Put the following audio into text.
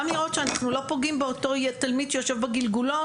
גם לראות שאנחנו לא פוגעים באותו תלמיד שיושב בגלגולון.